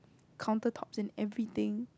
countertops and everything